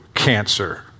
Cancer